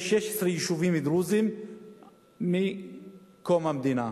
יש 16 יישובים דרוזיים מקום המדינה,